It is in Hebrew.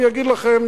אני אגיד לכם